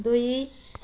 दुई